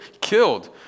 killed